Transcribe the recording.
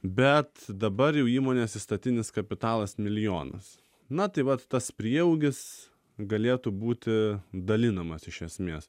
bet dabar jau įmonės įstatinis kapitalas milijonas na tai vat tas prieaugis galėtų būti dalinamas iš esmės